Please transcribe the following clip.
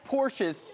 Porsches